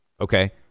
Okay